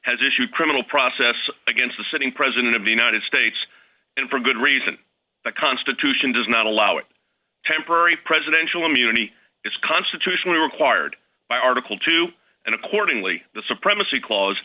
has issued criminal process against a sitting president of the united states and for good reason the constitution does not allow it temporary presidential immunity is constitutionally required by article two and accordingly the supremacy cla